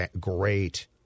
great